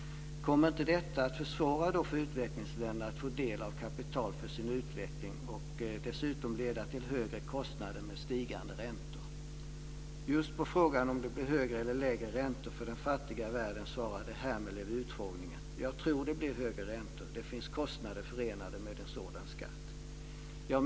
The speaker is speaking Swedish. Kommer då inte detta att försvåra för utvecklingsländerna när det gäller att få del av kapital för sin utveckling och att dessutom leda till högre kostnader med stigande räntor? Just på frågan om det blir högre eller lägre räntor för den fattiga världen svarade Hermele vid utfrågningen: "Jag tror det blir högre räntor. Det finns kostnader förenade med en sådan skatt."